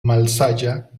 malsaĝa